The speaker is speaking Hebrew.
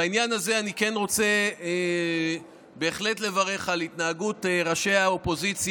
בעניין הזה אני כן רוצה בהחלט לברך על התנהגות ראשי האופוזיציה,